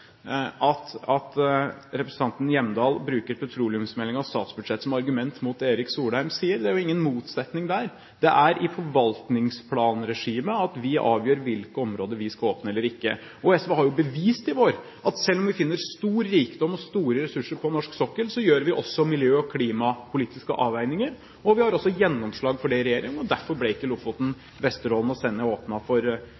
at representanten Hjemdal bruker petroleumsmeldingen og statsbudsjettet som argument mot det statsråd Erik Solheim sier. Det er jo ingen motsetning der. Det er i forvaltningsplanregimet at vi avgjør hvilke områder vi skal åpne eller ikke. SV har jo bevist i vår at selv om vi finner stor rikdom og store ressurser på norsk sokkel, gjør vi også miljø- og klimapolitiske avveininger. Vi har også gjennomslag for det i regjering, og derfor ble ikke Lofoten,